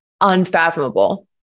unfathomable